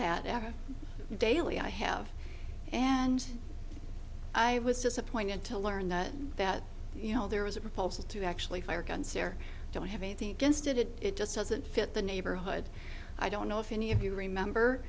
ever daily i have and i was disappointed to learn that you know there was a proposal to actually fire guns here don't have anything against it it just doesn't fit the neighborhood i don't know if any of you remember